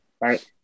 Right